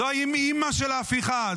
זה האימ-אימא של ההפיכה.